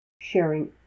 sharing